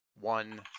one